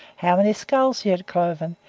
how many skulls he had cloven,